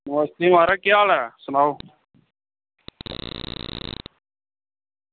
नमस्ते महाराज केह् हाल ऐ सनाओ